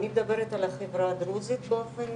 אני מדבר על החברה הדרוזית באופן